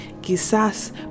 quizás